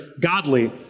godly